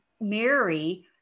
Mary